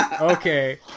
okay